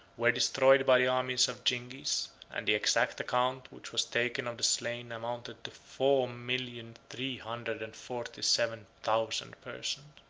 were destroyed by the armies of zingis and the exact account which was taken of the slain amounted to four millions three hundred and forty-seven thousand persons.